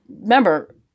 remember